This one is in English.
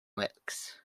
works